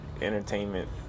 entertainment